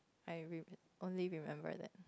I re~ only remember that